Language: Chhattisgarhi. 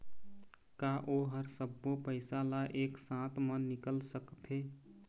का ओ हर सब्बो पैसा ला एक साथ म निकल सकथे?